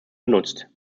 benutzt